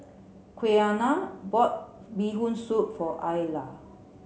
Quiana bought bee hoon soup for Ayla